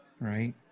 Right